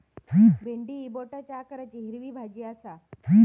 भेंडी ही बोटाच्या आकाराची हिरवी भाजी आसा